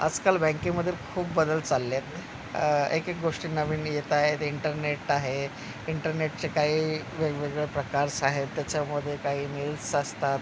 आजकाल बँकेमध्ये खूप बदल चाललेत एक एक गोष्टी नवीन येत आहे इंटरनेट आहे इंटरनेटचे काही वेगवेगळे प्रकार्स आहेत त्याच्यामध्ये काही मेल्स असतात